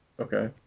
Okay